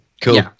cool